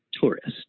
tourists